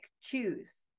choose